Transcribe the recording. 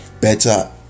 better